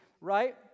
right